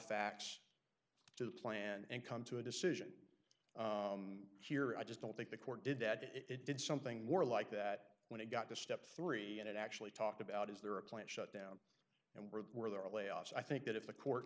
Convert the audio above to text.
facts to the plan and come to a decision here i just don't think the court did that it did something more like that when it got to step three and it actually talked about is there a plant shut down and were there are layoffs i think that if the court